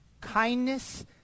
kindness